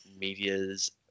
medias